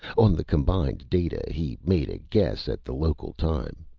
on the combined data, he made a guess at the local time.